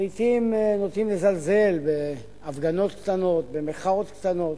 לעתים נוטים לזלזל בהפגנות קטנות, במחאות קטנות.